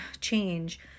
change